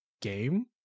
game